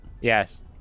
Yes